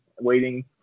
waiting